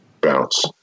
bounce